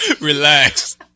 relax